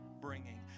bringing